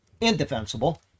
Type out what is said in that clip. indefensible